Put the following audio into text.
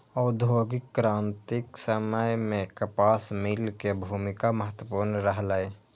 औद्योगिक क्रांतिक समय मे कपास मिल के भूमिका महत्वपूर्ण रहलै